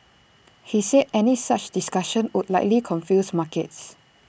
he said any such discussions would likely confuse markets